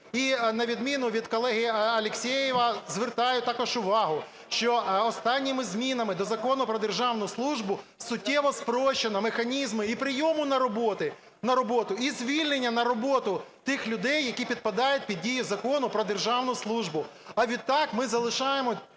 І на відміну від колеги Алєксєєва звертаю також увагу, що останніми змінами до Закону "Про державну службу" суттєво спрощено механізми і прийому на роботу, і звільнення на роботу тих людей, які підпадають під дії Закону "Про державну службу". А відтак ми залишаємо